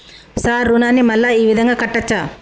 Sir రుణాన్ని మళ్ళా ఈ విధంగా కట్టచ్చా?